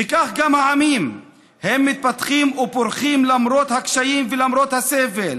וכך גם העמים: הם מתפתחים ופורחים למרות הקשיים ולמרות הסבל,